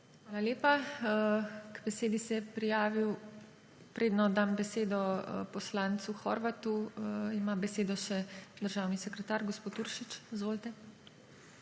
Hvala lepa. K besedi se je prijavil… Predno dam besedo poslancu Horvatu, ima besedo še državni sekretar, gospod Uršič. Izvolite.